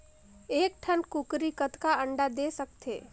एक ठन कूकरी कतका अंडा दे सकथे?